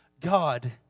God